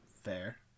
Fair